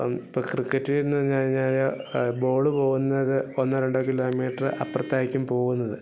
അപ്പം ഇപ്പം ക്രിക്കറ്റെന്ന് പറഞ്ഞു കഴിഞ്ഞാൽ ബോള് പോകുന്നത് ഒന്നോ രണ്ടോ കിലോമീറ്റർ അപ്പുറത്തായിരിക്കും പോകുന്നത്